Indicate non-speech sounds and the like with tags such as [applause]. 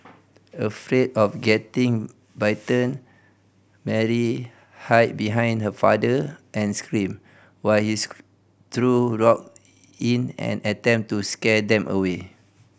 afraid of getting bitten Mary hid behind her father and screamed while he [unintelligible] threw rock in an attempt to scare them away